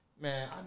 Man